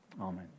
Amen